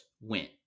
went